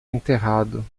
enterrado